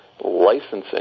licensing